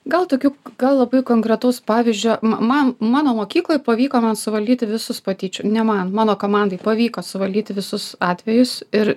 gal tokių gal labai konkretaus pavyzdžio man mano mokykloj pavyko man suvaldyti visus patyčių ne man mano komandai pavyko suvaldyti visus atvejus ir